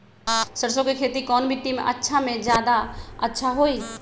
सरसो के खेती कौन मिट्टी मे अच्छा मे जादा अच्छा होइ?